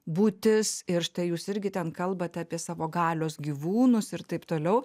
būtis ir štai jūs irgi ten kalbate apie savo galios gyvūnus ir taip toliau